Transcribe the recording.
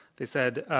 they said,